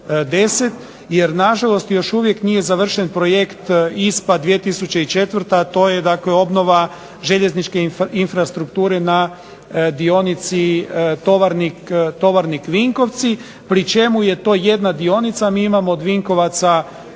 jer nažalost još uvijek nije završen "Projekt ISPA 2004.". To je dakle obnova željezničke infrastrukture na dionici Tovarnik-Vinkovci pri čemu je to jedna dionica. Mi imamo od Vinkovaca